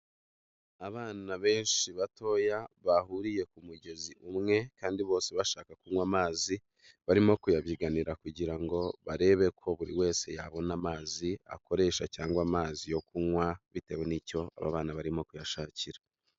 Abana benshi batoya bahuriye ku mugezi umwe, kandi bose bashaka kunywa amazi barimo kuyabyiganira kugira ngo barebe ko buri wese yabona amazi akoresha cyangwa amazi yo kunywa bitewe n'icyo abana barimo kuyashakira.